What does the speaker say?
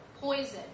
poison